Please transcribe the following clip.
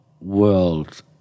world